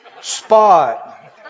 Spot